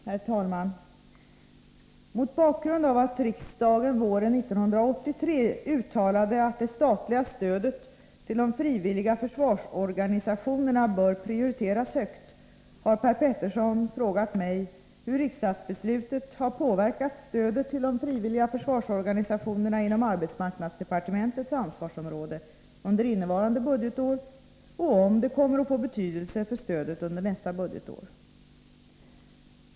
Herr talman! Mot bakgrund av att riksdagen våren 1983 uttalade att det statliga stödet till de frivilliga försvarsorganisationerna bör prioriteras högt har Per Petersson frågat mig hur riksdagsbeslutet har påverkat stödet till de frivilliga försvarsorganisationerna inom arbetsmarknadsdepartementets ansvarsområde under innevarande budgetår och om det kommer att få betydelse för stödet under nästa budgetår.